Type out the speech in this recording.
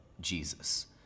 Jesus